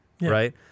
right